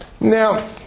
now